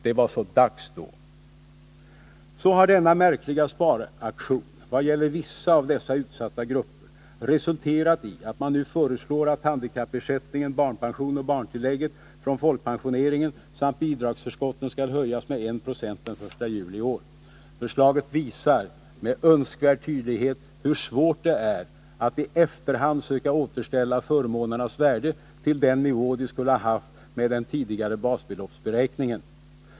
Det var så dags då... Så har denna märkliga sparaktion vad gäller vissa av dessa utsatta grupper resulterat i att man nu föreslår att handikappersättningen, barnpensionen och barntillägget från folkpensioneringen samt bidragsförskotten skall höjas med en procentenhet den 1 juli i år. Förslaget visar med önskvärd tydlighet hur svårt det är att i efterhand söka återställa förmånernas värde till den nivå de skulle ha haft med den tidigare basbeloppsberäkningen.